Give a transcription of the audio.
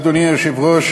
אדוני היושב-ראש,